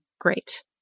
Great